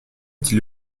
dit